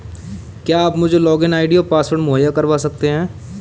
क्या आप मुझे लॉगिन आई.डी और पासवर्ड मुहैय्या करवा सकते हैं?